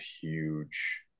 huge